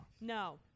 No